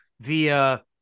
via